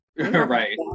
Right